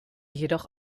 jedoch